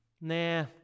nah